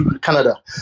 Canada